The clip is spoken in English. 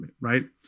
right